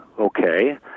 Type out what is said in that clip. Okay